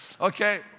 Okay